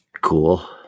cool